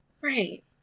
Right